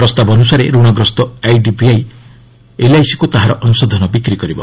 ପ୍ରସ୍ତାବ ଅନ୍ଦସାରେ ଋଣଗ୍ରସ୍ତ ଆଇଡିବିଆଇ ଏଲ୍ଆଇସିକୁ ତାହାର ଅଂଶଧନ ବିକ୍ରି କରିବ